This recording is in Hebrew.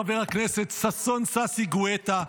חבר הכנסת ששון ששי גואטה,